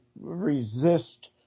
resist